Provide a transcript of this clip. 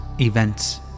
events